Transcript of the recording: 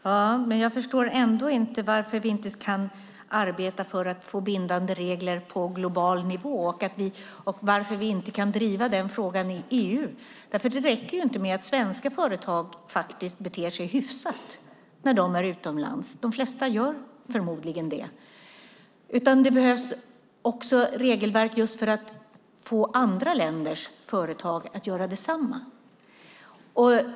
Fru talman! Jag förstår ändå inte varför vi inte kan arbeta för att få bindande regler på global nivå och varför vi inte kan driva den frågan i EU. Det räcker inte med att svenska företag beter sig hyfsat när de är utomlands - de flesta gör förmodligen det. Det behövs också regelverk för att få andra länders företag att göra detsamma.